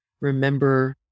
remember